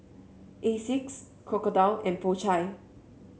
Asics Crocodile and Po Chai